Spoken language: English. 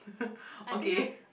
okay